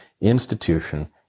institution